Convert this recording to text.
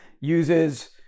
uses